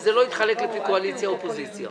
וזה לא התחלק לפי קואליציה אופוזיציה.